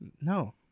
No